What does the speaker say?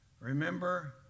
Remember